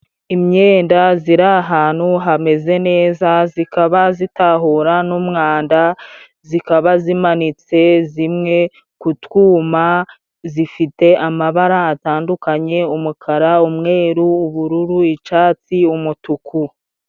Imyenda ziri ahantu hameze neza zikaba zitahura n'umwanda. Zikaba zimanitse zimwe ku twuma zifite amabara atandukanye umukara, umweru, ubururu icyatsi umutuku.